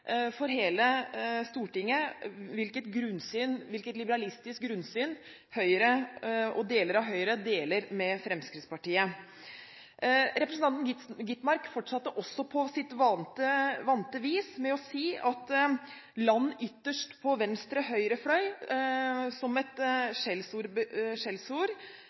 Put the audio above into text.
for hele Stortinget av hvilket liberalistisk grunnsyn deler av Høyre deler med Fremskrittspartiet. Representanten Gitmark fortsatte på sitt vante vis med å betegne land ytterst på venstre